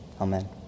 Amen